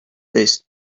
this